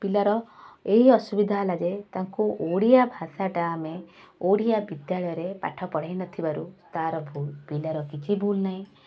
ପିଲାର ଏଇ ଅସୁବିଧା ହେଲା ଯେ ତାଙ୍କୁ ଓଡ଼ିଆ ଭାଷାଟା ଆମେ ଓଡ଼ିଆ ବିଦ୍ୟାଳୟରେ ପାଠ ପଢ଼ାଇ ନଥିବାରୁ ତା'ର ଭୁଲ ପିଲାର କିଛି ଭୁଲ ନାହିଁ